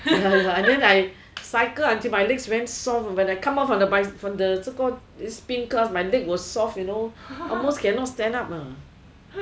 ya ya and then I cycle until my legs very soft know when I come out from the pink curve my leg very soft you know almost cannot stand up ah